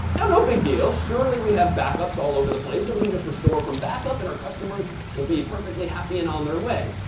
now no big deal, surely we have backups all over the place. so we can just restore from backup, and our customers will be perfectly happy and on their way.